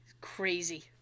Crazy